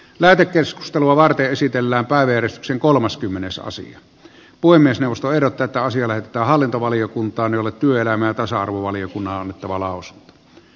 lähetekeskustelua varten esitellään kaveri sen kolmaskymmenesosa puhemiesneuvosto erotetaan sille että hallintovaliokuntaan jolle työelämän tasa arvovaliokunnan että maalaus